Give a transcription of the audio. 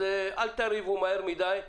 אז אל תריבו מהר מידי.